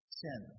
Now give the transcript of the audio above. sin